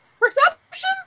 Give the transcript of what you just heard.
Perception